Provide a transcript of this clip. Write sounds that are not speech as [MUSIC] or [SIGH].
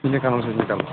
کِہیٖنۍ [UNINTELLIGIBLE]